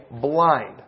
blind